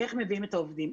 איך מביאים את העובדים.